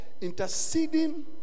interceding